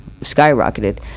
skyrocketed